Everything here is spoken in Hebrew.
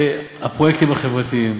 הפרויקטים החברתיים,